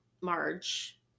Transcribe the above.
Marge